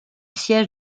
siège